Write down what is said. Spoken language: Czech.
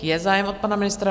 Je zájem od pana ministra.